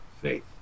faith